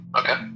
okay